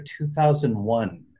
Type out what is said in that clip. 2001